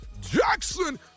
Jackson